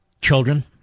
children